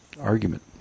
argument